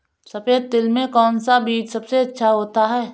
सफेद तिल में कौन सा बीज सबसे अच्छा होता है?